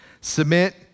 Submit